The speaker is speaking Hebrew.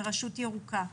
מרשות ירוקה.